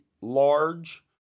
large